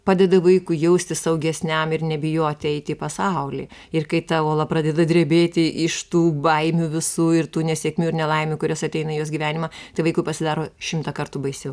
padeda vaikui jaustis saugesniam ir nebijoti eiti į pasaulį ir kai ta uola pradeda drebėti iš tų baimių visų ir tų nesėkmių ir nelaimių kurios ateina į jos gyvenimą tai vaikui pasidaro šimtą kartų baisiau